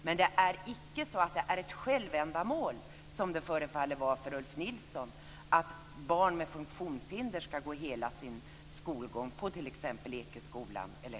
Men det är inte så att det är ett självändamål, som det förefaller vara för Ulf Nilsson, att barn med funktionshinder ska gå hela sin skolgång på t.ex. Ekeskolan eller